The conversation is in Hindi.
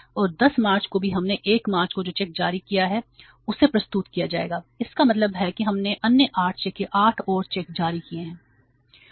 और 10 मार्च को भी हमने 1 मार्च को जो चेक जारी किया है उसे प्रस्तुत किया जाएगा इसका मतलब है कि हमने अन्य 8 चेक या 8 और चेक जारी किए हैं